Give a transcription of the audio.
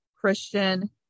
christian